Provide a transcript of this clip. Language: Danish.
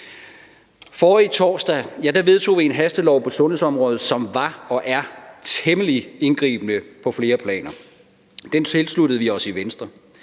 Forrige torsdag vedtog vi en hastelov på sundhedsområdet, som var og er temmelig indgribende på flere planer. Det tilsluttede vi os i Venstre.